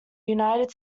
united